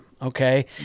Okay